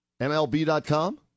MLB.com